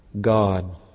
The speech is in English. God